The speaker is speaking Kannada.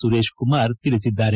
ಸುರೇಶ್ ಕುಮಾರ್ ತಿಳಿಸಿದ್ದಾರೆ